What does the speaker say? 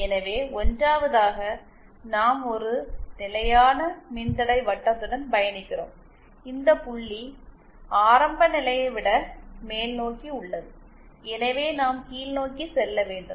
எனவே 1 வதாக நாம் ஒரு நிலையான மின்தடை வட்டத்துடன் பயணிக்கிறோம் இந்த புள்ளி ஆரம்பநிலையை விட மேல்நோக்கி உள்ளது எனவே நாம் கீழ்நோக்கி செல்ல வேண்டும்